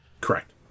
Correct